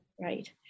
Right